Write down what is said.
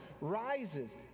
rises